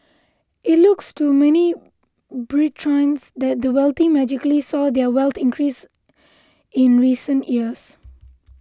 it looks to many Britons that the wealthy magically saw their wealth increase in recent years